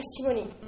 testimony